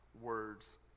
words